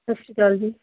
ਸਤਿ ਸ਼੍ਰੀ ਅਕਾਲ ਜੀ